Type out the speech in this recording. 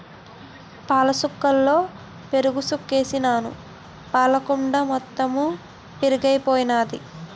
పాలసుక్కలలో పెరుగుసుకేసినాను పాలకుండ మొత్తెము పెరుగైపోయింది